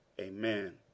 Amen